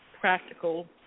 practical